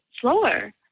slower